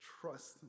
trust